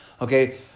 Okay